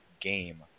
game